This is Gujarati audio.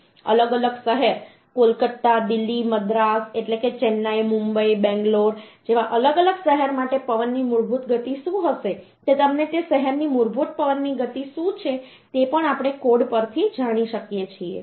અલગ અલગ શહેર કોલકાતા દિલ્હી મદ્રાસ એટલે કે ચેન્નાઈ મુંબઈ બેંગ્લોર જેવા અલગ અલગ શહેર માટે પવનની મૂળભૂત ગતિ શું હશે તે તમને તે શહેરની મૂળભૂત પવનની ગતિ શું છે તે પણ આપણે કોડ પરથી જાણી શકીએ છીએ